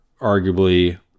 arguably